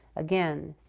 again,